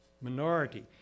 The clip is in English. minority